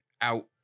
out